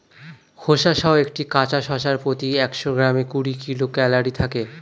খোসাসহ একটি কাঁচা শসার প্রতি একশো গ্রামে কুড়ি কিলো ক্যালরি থাকে